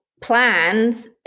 Plans